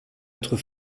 autre